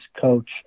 coach